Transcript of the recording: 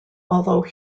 although